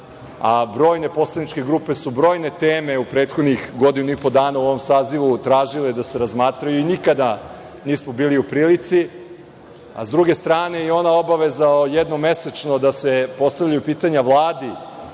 a brojne poslaničke grupe su brojne teme u prethodnih godinu i po dana u ovom sazivu tražile da se razmatraju i nikada nismo bili u prilici.S druge strane i ona obaveza jednom mesečno da se postavljaju pitanja Vladi,